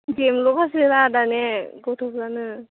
बेल'खासैना दानि गथ'फोरानो